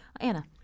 Anna